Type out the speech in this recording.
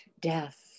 death